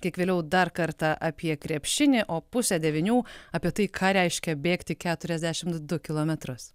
kiek vėliau dar kartą apie krepšinį o pusę devynių apie tai ką reiškia bėgti keturiasdešimt du kilometrus